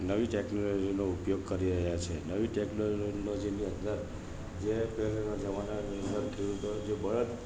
નવી ટેકનોલોજીનો ઉપયોગ કરી રહ્યા છે નવી ટેકનોલોજીનો જેની અંદર જે પહેલાના જમાનાની અંદર જે ખેડુતો જે બળદ